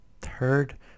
third